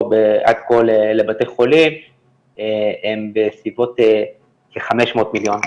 לבתי החולים הם בסביבות כ-500 מיליון ששולמו.